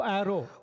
arrow